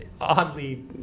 oddly